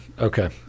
Okay